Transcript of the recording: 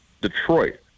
Detroit